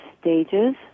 stages